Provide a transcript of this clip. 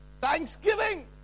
Thanksgiving